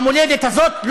במולדת הזאת,